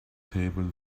table